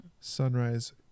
Sunrise